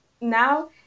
now